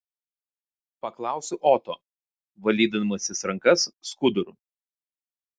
paklausiu oto valydamasis rankas skuduru